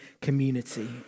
community